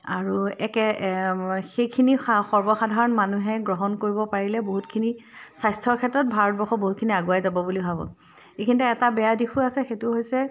আৰু একে সেইখিনি সৰ্বসাধাৰণ মানুহে গ্ৰহণ কৰিব পাৰিলে বহুতখিনি স্বাস্থ্যৰ ক্ষেত্ৰত ভাৰতবৰ্ষ বহুতখিনি আগুৱাই যাব বুলি ভাবোঁ এইখিনিতে এটা বেয়া দিশো আছে সেইটো হৈছে